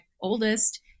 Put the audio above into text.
oldest